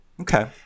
okay